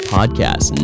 Podcast